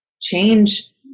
change